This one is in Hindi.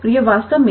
और यह वास्तव में